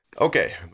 Okay